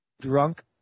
drunk